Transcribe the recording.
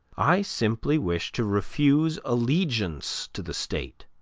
i simply wish to refuse allegiance to the state,